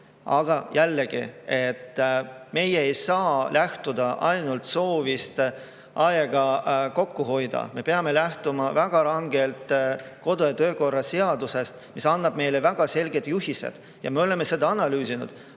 Aga jällegi, meie ei saa lähtuda ainult soovist aega kokku hoida, vaid me peame väga rangelt lähtuma kodu‑ ja töökorra seadusest, mis annab meile väga selged juhised. Me oleme seda analüüsinud.